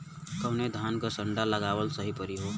कवने धान क संन्डा लगावल सही परी हो?